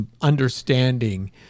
understanding